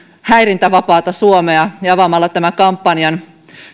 häirintävapaata suomea avaamalla tämän kampanjan